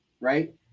right